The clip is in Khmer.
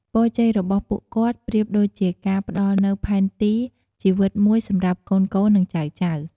ពរជ័យរបស់ពួកគាត់ប្រៀបដូចជាការផ្តល់នូវផែនទីជីវិតមួយសម្រាប់កូនៗ និងចៅៗ។